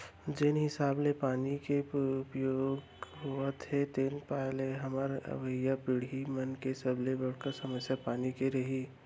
जेन हिसाब ले पानी के दुरउपयोग होवत हे तेन पाय ले हमर अवईया पीड़ही मन के सबले बड़का समस्या पानी के रइही